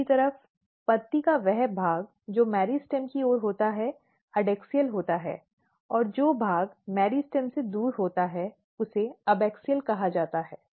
दूसरी तरफ पत्ती का वह भाग जो मेरिस्टेम की ओर होता है एडैक्सियल होता है और जो भाग मेरिस्टेम से दूर होता है उसे अबैक्सियल कहा जाता है